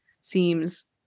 seems